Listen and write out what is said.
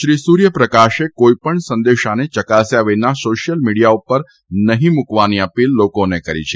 શ્રી સૂર્યપ્રકાશે કોઇપણ સંદેશાને ચકાસ્યા વિના સોશિયલ મિડીયા ઉપર નહીં મૂકવાની અપીલ લોકોને કરી છે